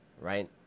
right